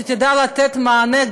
שתדע לתת מענה,